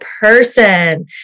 person